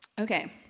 Okay